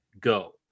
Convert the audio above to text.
Go